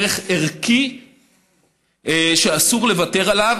ערך ערכי שאסור לוותר עליו.